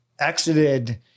exited